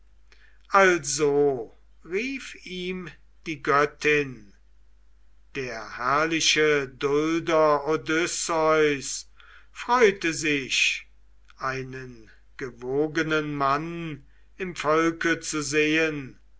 also rief ihm die göttin der herrliche dulder odysseus freute sich einen gewogenen mann im volke zu sehen